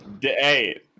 Hey